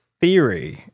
theory